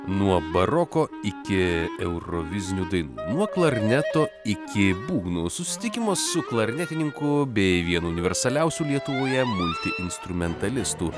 nuo baroko iki eurovizinių dainų nuo klarneto iki būgnų susitikimas su klarnetininku bei vienu universaliausių lietuvoje multi instrumentalistų